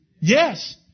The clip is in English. Yes